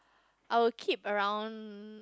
I will keep around